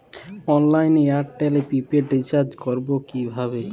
অনলাইনে এয়ারটেলে prepaid recharge করবো কিভাবে?